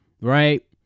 Right